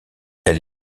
elle